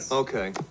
Okay